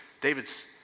David's